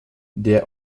der